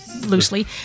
loosely